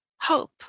hope